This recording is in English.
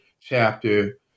chapter